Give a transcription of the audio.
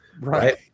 right